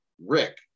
Rick